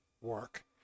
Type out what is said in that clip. work